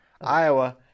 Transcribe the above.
Iowa